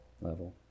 level